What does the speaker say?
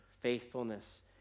faithfulness